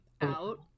out